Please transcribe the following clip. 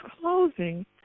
closing